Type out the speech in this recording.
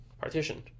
partition